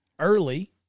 early